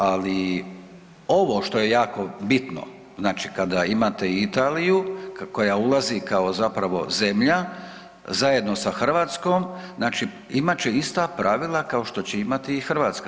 Ali, ovo što je jako bitno, znači kada imate Italiju koja ulazi kao zapravo zemlja zajedno sa Hrvatskom, znači imat će ista pravila kao što će imati i Hrvatska.